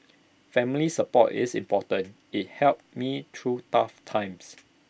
family support is important IT helps me through tough times